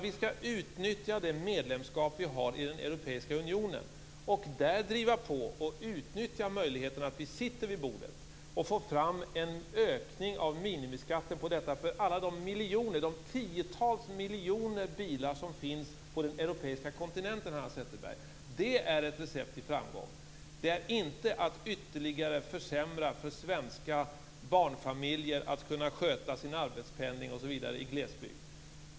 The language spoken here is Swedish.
Vi skall utnyttja det medlemskap vi har i den europeiska unionen och där driva på och utnyttja den möjlighet vi har när vi sitter vid bordet. På så sätt kan vi få fram en ökning av minimiskatten för alla de tiotals miljoner bilar som finns på den europeiska kontinenten, Hanna Zetterberg. Det är ett recept på framgång. Det skulle inte vara framgångsrikt att ytterligare försämra svenska barnfamiljers möjlighet att sköta sin arbetspenning osv. i glesbygd.